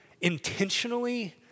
intentionally